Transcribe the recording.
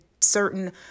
certain